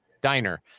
Diner